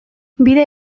bide